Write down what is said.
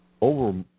over